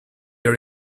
your